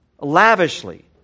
lavishly